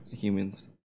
humans